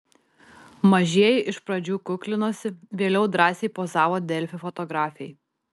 mažieji iš pradžių kuklinosi vėliau drąsiai pozavo delfi fotografei